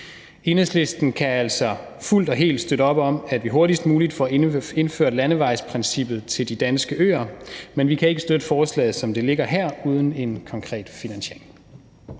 Enhedslisten kan altså fuldt og helt støtte op om, at vi hurtigst muligt får indført landevejsprincippet til de danske øer, men vi kan ikke støtte forslaget, som det ligger her, uden en konkret finansiering.